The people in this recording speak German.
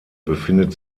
befindet